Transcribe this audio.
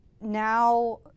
now